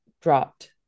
dropped